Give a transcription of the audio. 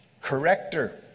corrector